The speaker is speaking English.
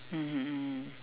mmhmm mmhmm